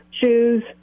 shoes